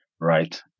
right